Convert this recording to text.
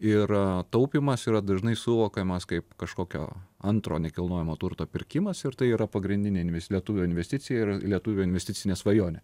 ir taupymas yra dažnai suvokiamas kaip kažkokio antro nekilnojamo turto pirkimas ir tai yra pagrindinė inves lietuvio investicija ir lietuvio investicinė svajonė